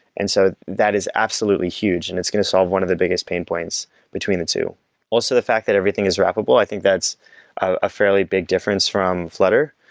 and so that is absolutely huge and it's going to solve one of the biggest pain points between the two also, the fact that everything is wrappable, l i think that's a fairly big difference from flutter.